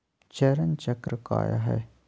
चरण चक्र काया है?